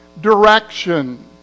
direction